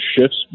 shifts